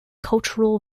cultural